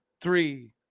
three